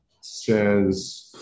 says